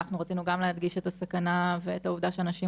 אנחנו רצינו גם להדגיש את הסכנה ואת העובדה שהנשים